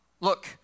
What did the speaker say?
Look